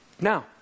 Now